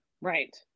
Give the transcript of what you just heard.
Right